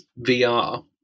vr